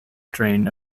dream